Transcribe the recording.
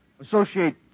Associate